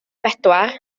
bedwar